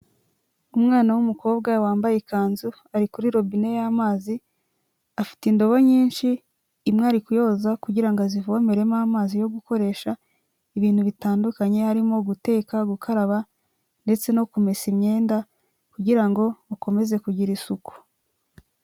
Umwana w'umukobwa wambaye ikanzu ari kuri robine y'amazi afite indobo nyinshi imwe ari kuyoza kugira ngo azivomeremo amazi yo gukoresha ibintu bitandukanye harimo guteka, gukaraba ndetse no kumesa imyenda kugira ngo mukomeze kugira isuku.